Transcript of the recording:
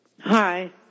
Hi